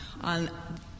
on